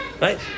Right